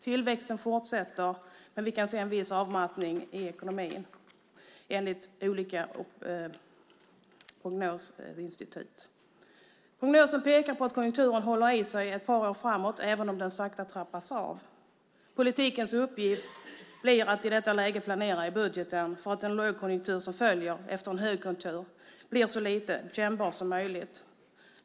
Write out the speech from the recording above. Tillväxten fortsätter, men vi kan se en viss avmattning i ekonomin enligt olika prognosinstitut. Prognosen pekar på att konjunkturen håller i sig ett par år framåt även om den sakta trappas av. Politikens uppgift blir att i detta läge planera i budgeten för att den lågkonjunktur som följer efter en högkonjunktur blir så lite kännbar som möjligt.